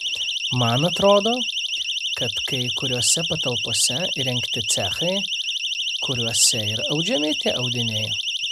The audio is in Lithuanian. man atrodo kad kai kuriose patalpose įrengti cechai kuriuose ir audžiami tie audiniai